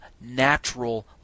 natural